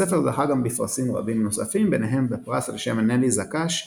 הספר זכה גם בפרסים רבים נוספים ביניהם בפרס על שם נלי זק"ש